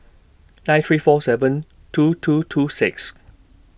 nine three four seven two two two six